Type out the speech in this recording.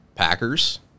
Packers